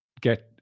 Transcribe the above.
get